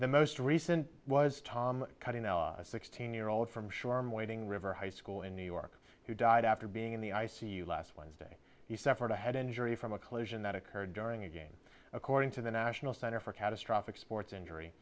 the most recent was tom cutting a sixteen year old from sharm waiting river high school in new york who died after being in the i c u last wednesday he suffered a head injury from a collision that occurred during a game according to the national center for catastrophic sports injury